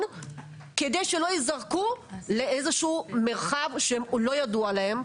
ככדי שלא יזרקו לאיזה שהוא מרחב שהוא לא ידוע להן,